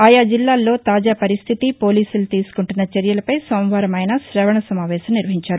ఆయా జిల్లాల్లో తాజా పరిస్దితి పోలీసులు తీసుకుంటున్న చర్యలపై సోమవారం ఆయన శవణ సమావేశం నిర్వహించారు